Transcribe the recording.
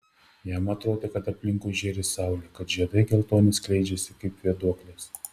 jam atrodė kad aplinkui žėri saulė kad žiedai geltoni skleidžiasi kaip vėduoklės